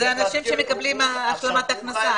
אלה אנשים שמקבלים השלמת הכנסה.